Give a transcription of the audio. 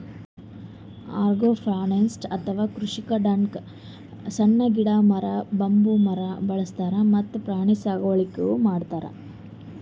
agroforestry ಅಥವಾ ಕೃಷಿಕಾಡ್ನಾಗ್ ಸಣ್ಣ್ ಗಿಡ, ಮರ, ಬಂಬೂ ಮರ ಬೆಳಸ್ತಾರ್ ಮತ್ತ್ ಪ್ರಾಣಿ ಸಾಗುವಳಿನೂ ಮಾಡ್ತಾರ್